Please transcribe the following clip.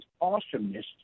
awesomeness